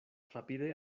rapide